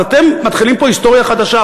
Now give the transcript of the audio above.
אז אתם מתחילים פה היסטוריה חדשה,